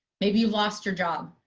maybe you lost your job,